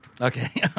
Okay